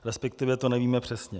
Respektive to nevíme přesně.